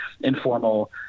informal